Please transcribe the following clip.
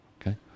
okay